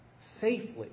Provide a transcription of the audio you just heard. safely